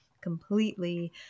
completely